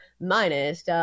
minus